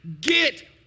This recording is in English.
Get